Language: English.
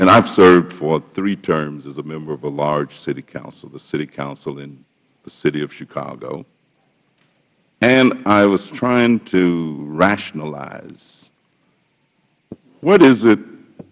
and i've served for three terms as a member of a large city council the city council in the city of chicago and i was trying to